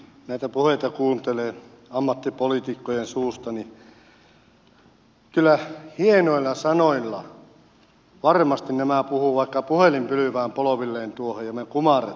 kun näitä puheita kuuntelee ammattipoliitikkojen suusta niin kyllä hienoilla sanoilla varmasti nämä puhuvat vaikka puhelinpylvään polvilleen tuohon ja me kumarramme sitä